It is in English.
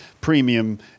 premium